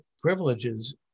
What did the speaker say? privileges